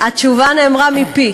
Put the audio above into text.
התשובה נאמרה מפי,